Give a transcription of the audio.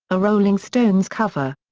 a rolling stones cover.